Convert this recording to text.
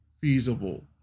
feasible